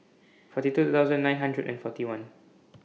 forty two thousand nine hundred forty one